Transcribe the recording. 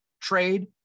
trade